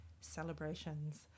celebrations